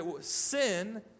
sin